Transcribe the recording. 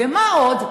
ומה עוד?